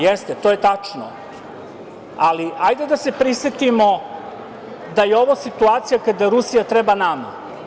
Jeste, to je tačno, ali ajde da se prisetimo da je ovo situacija kada Rusija treba nama.